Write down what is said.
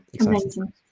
amazing